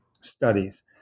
studies